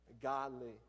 godly